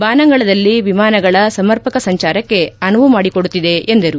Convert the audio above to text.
ಬಾನಂಗಳದಲ್ಲಿ ವಿಮಾನಗಳ ಸಮರ್ಪಕ ಸಂಚಾರಕ್ಕೆ ಅನುವು ಮಾಡಿಕೊಡುತ್ತಿದೆ ಎಂದರು